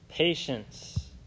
Patience